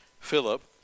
Philip